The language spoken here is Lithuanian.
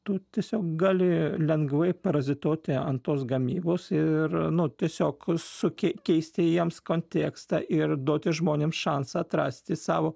tu tiesiog gali lengvai parazituoti an tos gamybos ir nu tiesiog sukei keisti jiems kontekstą ir duoti žmonėms šansą atrasti savo